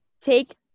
take